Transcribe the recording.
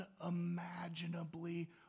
unimaginably